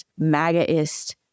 MAGAist